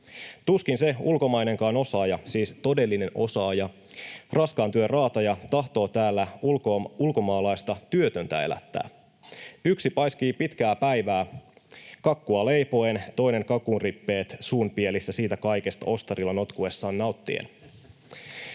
Tuskin se ulkomainenkaan osaaja, siis todellinen osaaja, raskaan työn raataja, tahtoo täällä ulkomaalaista työtöntä elättää. Yksi paiskii pitkää päivää kakkua leipoen, toinen kakun rippeet suupielistä siitä kaikesta ostarilla notkuessaan nauttien.